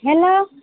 hello